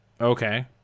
okay